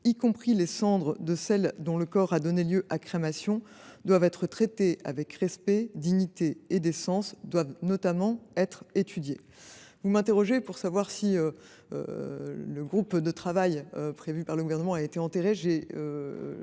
y compris les cendres de celles dont le corps a donné lieu à crémation, doivent être traités avec respect, dignité et décence »–, doivent notamment être étudiés. Vous souhaitez savoir si le groupe de travail prévu par le Gouvernement a été enterré…